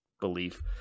belief